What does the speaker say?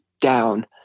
down